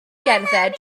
gerdded